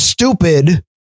stupid